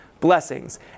Blessings